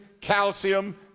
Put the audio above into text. calcium